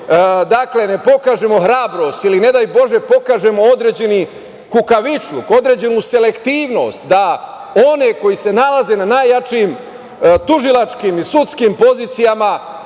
dakle, ne pokažemo hrabrost ili, ne daj Bože, pokažemo određeni kukavičluk, određenu selektivnost da one koji se nalaze na najjačim tužilačkim i sudskih pozicijama